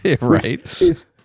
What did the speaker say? Right